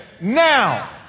now